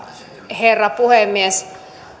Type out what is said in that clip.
herra puhemies